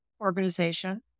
organization